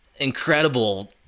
incredible